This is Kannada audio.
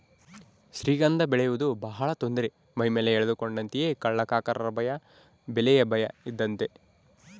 ಶ್ರೀಗಂಧ ಬೆಳೆಯುವುದು ಬಹಳ ತೊಂದರೆ ಮೈಮೇಲೆ ಎಳೆದುಕೊಂಡಂತೆಯೇ ಕಳ್ಳಕಾಕರ ಭಯ ಬೆಲೆಯ ಭಯ ಇದ್ದದ್ದೇ